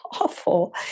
awful